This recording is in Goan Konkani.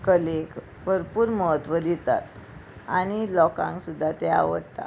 कलेक भरपूर म्हत्व दितात आनी लोकांक सुद्दां तें आवडटा